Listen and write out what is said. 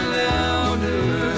louder